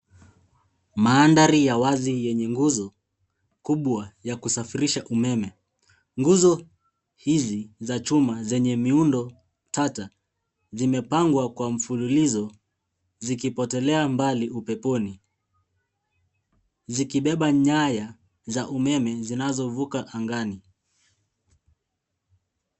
Mandhari ya wazi yenye nguzo kubwa ya kusafirisha umeme. Nguzo hizi za chuma zenye miundo tata, zimepangwa kwa mfululizo zikipotelea mbali upeponi zikibeba nyaya za umeme zinazovuka angani.